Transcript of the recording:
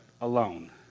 alone